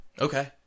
Okay